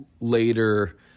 later